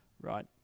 right